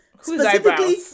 Specifically